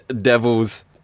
Devils